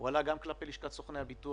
הוא עלה גם כלפי לשכת סוכני הביטוח